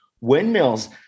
windmills